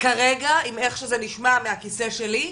כרגע עם איך שזה נשמע מהכיסא שלי,